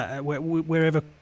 wherever